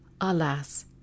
alas